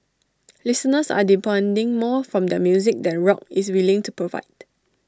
listeners are demanding more from their music than rock is willing to provide